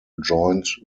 joined